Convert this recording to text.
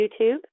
YouTube